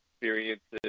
experiences